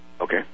Okay